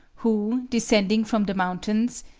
who descending from the mountains,